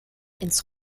ins